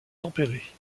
tempérées